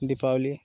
Deepawali